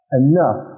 enough